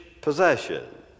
possession